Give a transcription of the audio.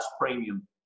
premium